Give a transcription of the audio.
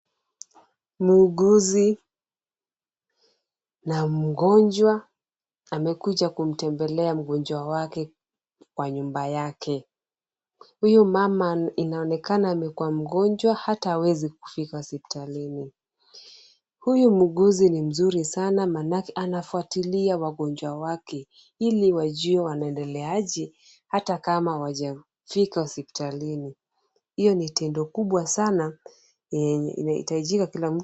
Muuguzi na mgonjwa amekuja kumtembelea mgonjwa wake kwa nyumba yake. Huyu mama inaonekana amekuwa mgonjwa ata hawezi kufika hospitalini. Huyu muuguzi ni mzuri sana maanake anafuatilia wagonjwa wake ili wajue wanaendeleaje ata kama hawajafika hospitalini. Hilo ni tendo kubwa sana yenye inahitajika kila mtu.